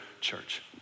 church